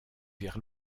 vers